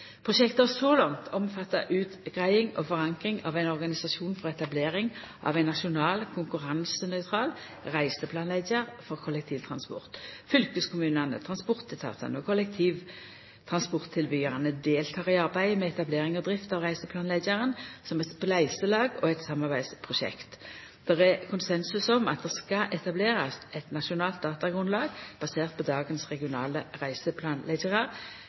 så langt omfatta utgreiing og forankring av ein organisasjon for etablering av ein nasjonal, konkurransenøytral reiseplanleggjar for kollektivtransport. Fylkeskommunane, transportetatane og kollektivtransporttilbydarane tek del i arbeidet med etablering og drift av reiseplanleggjaren som eit spleiselag og eit samarbeidsprosjekt. Det er konsensus om at det skal etablerast eit nasjonalt datagrunnlag basert på dagens regionale